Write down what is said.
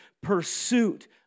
pursuit